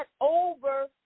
over